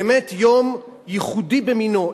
באמת יום ייחודי במינו.